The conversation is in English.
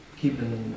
keeping